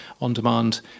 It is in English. on-demand